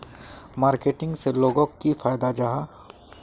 Marketing से लोगोक की फायदा जाहा?